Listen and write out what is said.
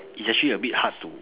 it's actually a bit hard to